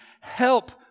help